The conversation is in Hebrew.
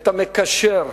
את המקשר.